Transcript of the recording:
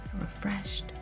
refreshed